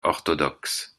orthodoxe